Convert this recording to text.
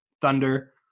Thunder